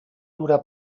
dura